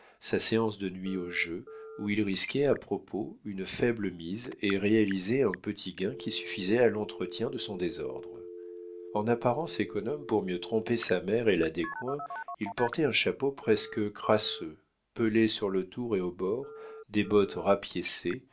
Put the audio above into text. sa séance de nuit au jeu où il risquait à propos une faible mise et réalisait un petit gain qui suffisait à l'entretien de son désordre en apparence économe pour mieux tromper sa mère et la descoings il portait un chapeau presque crasseux pelé sur le tour et aux bords des bottes rapiécées